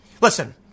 Listen